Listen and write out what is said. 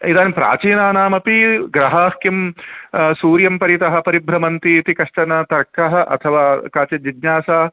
इदानीं प्राचीनानामपि ग्रहाः किं सूर्यं परितः परिभ्रमन्ति इति कश्चन तर्कः अथवा काचित् जिज्ञासा